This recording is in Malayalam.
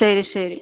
ശരി ശരി